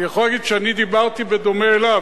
אני יכול להגיד שאני דיברתי בדומה אליו,